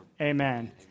Amen